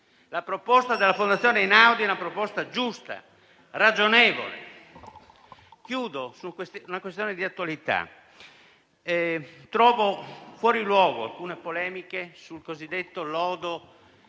La proposta della Fondazione Einaudi è giusta e ragionevole. Chiudo, infine, su una questione di attualità. Trovo fuori luogo alcune polemiche sul cosiddetto lodo